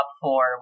four